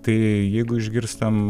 tai jeigu išgirstam